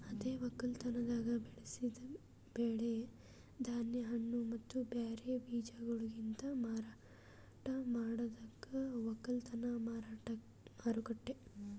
ಅದೇ ಒಕ್ಕಲತನದಾಗ್ ಬೆಳಸಿ ಬೆಳಿ, ಧಾನ್ಯ, ಹಣ್ಣ ಮತ್ತ ಬ್ಯಾರೆ ಬೀಜಗೊಳಲಿಂತ್ ಮಾರಾಟ ಮಾಡದಕ್ ಒಕ್ಕಲತನ ಮಾರುಕಟ್ಟೆ